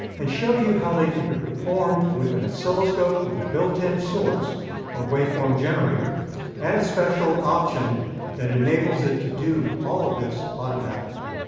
and show you how they can be performed with an oscilloscope with a built-in source or waveform generator and a special option that enables it to do all of this automatically.